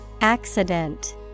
Accident